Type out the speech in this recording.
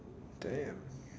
damn